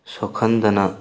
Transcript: ꯁꯣꯛꯍꯟꯗꯅ